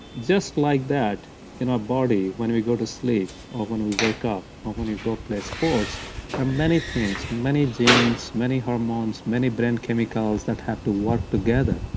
just like that in our body when we go to sleep or when we wake up or when you go play sports there are many things many genes, many hormones, many brain chemicals that have to work together.